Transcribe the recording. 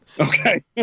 Okay